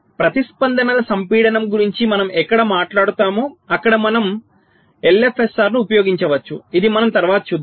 ప్రతిస్పందనల సంపీడనం గురించి మనం ఎక్కడ మాట్లాడుతామో అక్కడ కూడా మనం LFSR ను ఉపయోగించవచ్చు ఇది మనం తర్వాత చూద్దాం